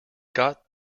got